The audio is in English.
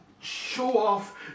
show-off